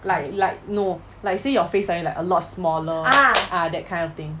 like like no like say your face like a lot smaller ah that kind of thing